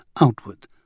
outward